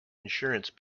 insurance